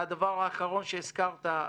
והדבר האחרון שהזכרת,